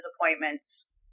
appointments